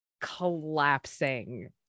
collapsing